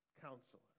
Counselor